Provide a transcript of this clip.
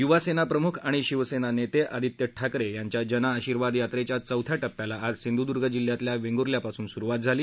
युवा सेना प्रमुख आणि शिवसेना नेते आदित्य ठाकरे याघ्वा जन आशिर्वाद यात्रेच्या चौथ्या प्रियाला आज सिप्ट्रिर्ग जिल्ह्यातल्या वेंगुर्ल्या पासून सुरुवात झाली